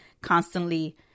constantly